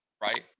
right